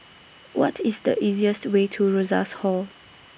What IS The easiest Way to Rosas Hall